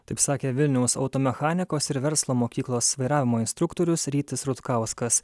taip sakė vilniaus automechanikos ir verslo mokyklos vairavimo instruktorius rytis rutkauskas